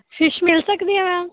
fish ਮਿਲ ਸਕਦੀ ਆ ਹੈ